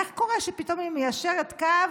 איך קורה שפתאום היא מיישרת קו?